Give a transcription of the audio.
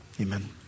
amen